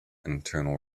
internal